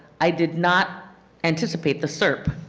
i did not anticipate the serp.